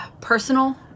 personal